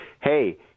Hey